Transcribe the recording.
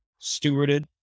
stewarded